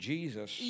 Jesus